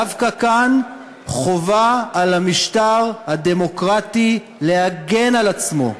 דווקא כאן חובה על המשטר הדמוקרטי להגן על עצמו.